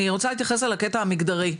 אני רוצה להתייחס על הקטע המגדרי.